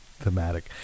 Thematic